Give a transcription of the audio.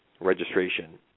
registration